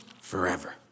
Forever